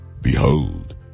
Behold